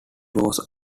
was